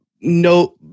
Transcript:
no